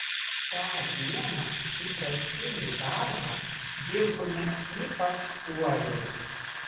tą dieną įprastinį darbą dirbome ypač uoliai